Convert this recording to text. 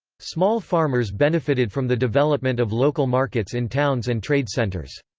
small farmers benefited from the development of local markets in towns and trade centres.